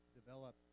develop